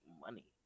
money